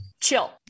chill